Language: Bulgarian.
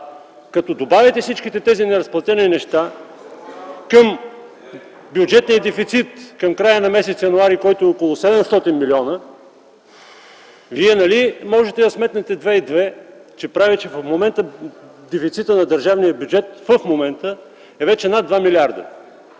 Като добавите всички тези неразплатени неща към бюджетния дефицит, който към края на м. януари е около 700 милиона, Вие нали можете да сметнете две и две и че в момента дефицитът на държавния бюджет е вече над 2 милиарда.